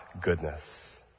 goodness